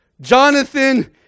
Jonathan